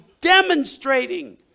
demonstrating